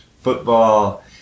football